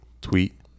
tweet